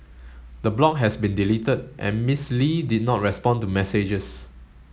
the blog has been deleted and Miss Lee did not respond to messages